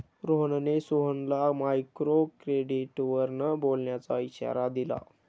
रोहनने सोहनला मायक्रोक्रेडिटवर न बोलण्याचा इशारा दिला